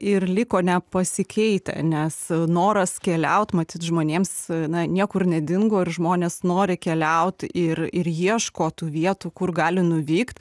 ir liko nepasikeitę nes noras keliaut matyt žmonėms na niekur nedingo ir žmonės nori keliaut ir ir ieško tų vietų kur gali nuvykt